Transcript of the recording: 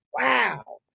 wow